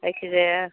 जायखिजाया